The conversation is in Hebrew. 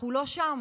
אנחנו לא שם.